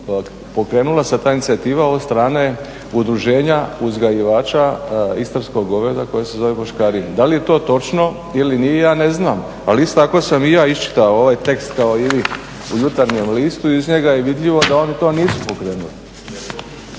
pokrenula se ta inicijativa od strane udruženja uzgajivača istarskog goveda koje se zove boškarin. Da li je to točno ili nije, ja ne znam, ali isto tako sam i ja iščitao ovaj tekst kao i vi u Jutarnjem listu, iz njega je vidljivo da oni to nisu pokrenuli.